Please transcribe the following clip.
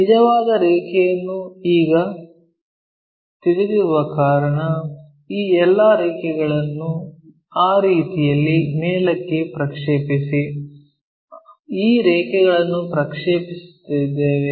ಈ ನಿಜವಾದ ರೇಖೆಯನ್ನು ಈಗ ತಿಳಿದಿರುವ ಕಾರಣ ಈ ಎಲ್ಲಾ ರೇಖೆಗಳನ್ನು ಆ ರೀತಿಯಲ್ಲಿ ಮೇಲಕ್ಕೆ ಪ್ರಕ್ಷೇಪಿಸಿ ಈ ರೇಖೆಗಳನ್ನು ಪ್ರಕ್ಷೇಪಿಸಿದ್ದೇವೆ